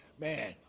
man